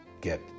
get